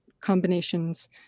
combinations